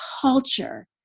culture